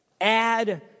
add